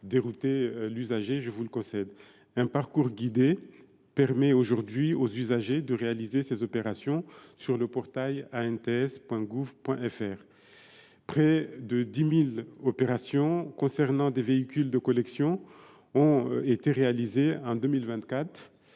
dérouter l’usager. Mais un parcours guidé permet aujourd’hui aux usagers de réaliser ces opérations sur le portail. Près de 10 000 opérations concernant des véhicules de collection ont été réalisées en 2024,